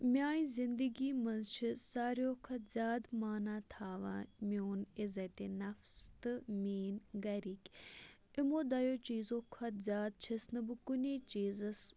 میانہِ زِنٛدگی منٛز چھُ ساروٕیو کھۄتہٕ زیادٕ معنہ تھاوان میون عِزّتہِ نفص تہٕ میٲنۍ گَرِکۍ یِمو دوٚیو چیٖزو کھۄتہٕ زیادٕ چھس نہٕ بہٕ کُنے چیٖزَس